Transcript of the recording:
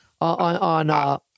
on